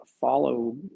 follow